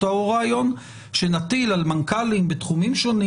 אותו רעיון שנטיל על מנכ"לים בתחומים שונים,